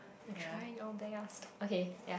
we're trying our best okay ya